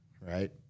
right